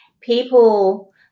people